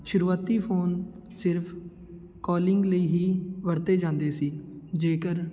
ਸ਼ੁਰੂਆਤੀ ਫੋਨ ਸਿਰਫ ਕਾਲਿੰਗ ਲਈ ਹੀ ਵਰਤੇ ਜਾਂਦੇ ਸੀ ਜੇਕਰ